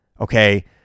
okay